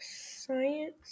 science